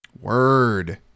Word